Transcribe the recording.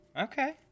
Okay